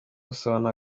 gusabana